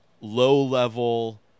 low-level